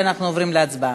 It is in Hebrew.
ואנחנו עוברים להצבעה.